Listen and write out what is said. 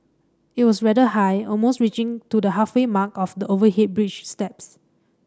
it was rather high almost reaching to the halfway mark of the overhead bridge steps